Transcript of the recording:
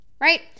right